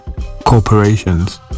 corporations